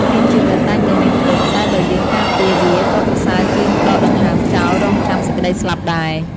មានជីវិតតែងតែមានទុក្ខ តែបើយើងការពារវាក៏ប្រសើរជាងដកដង្ហើមចោលរងចាំសេចក្តីស្លាប់ដែរ។